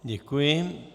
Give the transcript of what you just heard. Děkuji.